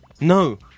no